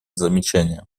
замечания